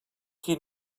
qui